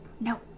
No